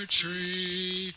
tree